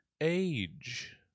Age